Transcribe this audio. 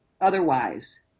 otherwise